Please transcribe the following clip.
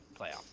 playoffs